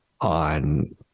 on